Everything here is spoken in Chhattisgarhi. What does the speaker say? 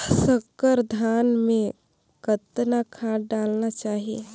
संकर धान मे कतना खाद डालना चाही?